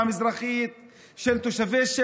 של תושבי ירושלים המזרחית,